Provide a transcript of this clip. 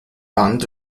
band